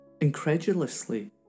incredulously